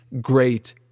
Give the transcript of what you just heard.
great